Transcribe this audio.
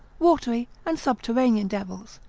watery, and subterranean devils,